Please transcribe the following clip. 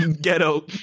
ghetto